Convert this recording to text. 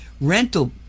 rental